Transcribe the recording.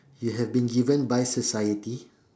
you have been given by society